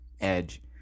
edge